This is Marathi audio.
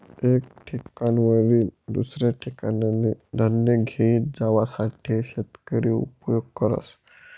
एक ठिकाणवरीन दुसऱ्या ठिकाने धान्य घेई जावासाठे शेतकरी उपयोग करस